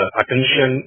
attention